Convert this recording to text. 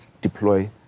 deploy